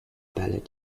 ballet